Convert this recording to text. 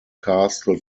castle